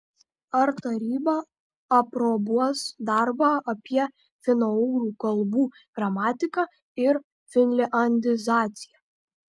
ar taryba aprobuos darbą apie finougrų kalbų gramatiką ir finliandizaciją